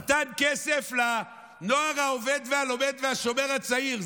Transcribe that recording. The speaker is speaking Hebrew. נתן כסף לנוער העובד והלומד והשומר הצעיר.